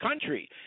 country